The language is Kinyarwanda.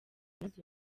nazo